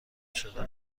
شده